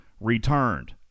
returned